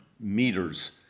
meters